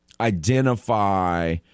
identify –